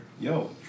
Yo